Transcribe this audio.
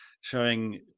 showing